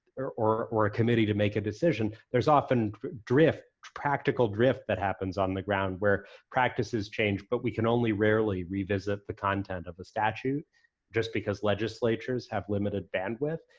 or or a committee to make a decision, there's often drift, practical drift that happens on the ground where practices change but we can only rarely revisit the content of the statute just because legislatures have limited bandwidth,